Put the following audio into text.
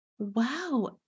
Wow